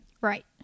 Right